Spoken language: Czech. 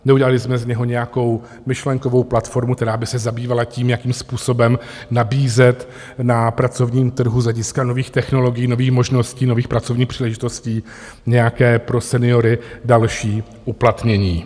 Neudělali jsme z něho nějakou myšlenkovou platformu, která by se zabývala tím, jakým způsobem nabízet na pracovním trhu z hlediska nových technologií, nových možností, nových pracovních příležitostí, nějaké pro seniory další uplatnění.